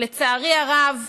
לצערי הרב,